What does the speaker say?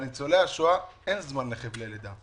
לניצולי השואה אין זמן לחבלי לידה.